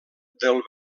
del